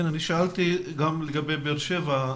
אני שאלתי גם לגבי באר שבע,